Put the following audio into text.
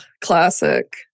classic